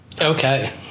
Okay